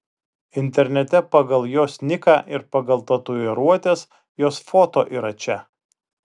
internete pagal jos niką ir pagal tatuiruotes jos foto yra čia